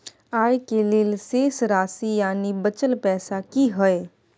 आय के लेल शेष राशि यानि बचल पैसा की हय?